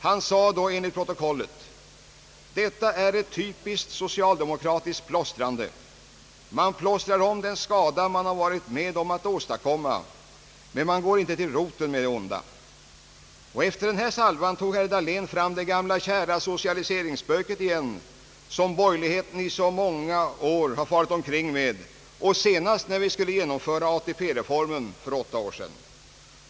Han sade då enligt protokollet: »Detta är ett typiskt socialdemokratiskt plåstrande. Man plåstrar om den skada man har varit med om att åstadkomma men man går inte till roten med det onda.» Efter den salvan tog herr Dahlén fram det gamla kära socialiseringsspöket igen, som borgerligheten så många gånger har farit omkring med, senast när vi skulle genomföra ATP-reformen för åtta år sedan.